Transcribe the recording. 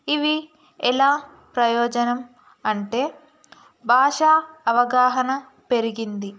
ఇవి ఎలా ప్రయోజనం అంటే భాష అవగాహన పెరిగింది